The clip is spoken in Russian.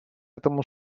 этому